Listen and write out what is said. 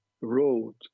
wrote